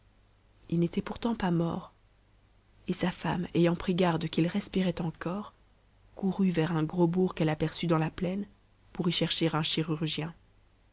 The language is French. il n'était pourtant pas mort et sa femme ayant pris garde qu'il respirait encore courut vers un gros bourg qu'elle aperçut dans la plaine pour y chercher un chirurgien